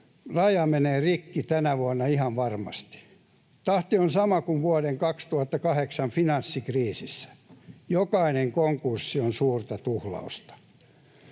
raja menee rikki tänä vuonna ihan varmasti. Tahti on sama kuin vuoden 2008 finanssikriisissä. Jokainen konkurssi on suurta tuhlausta.